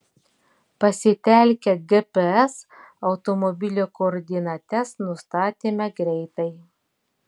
pasitelkę gps automobilio koordinates nustatėme greitai